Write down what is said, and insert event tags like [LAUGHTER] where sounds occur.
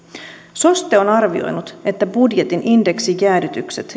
soste on arvioinut että budjetin indeksijäädytykset [UNINTELLIGIBLE]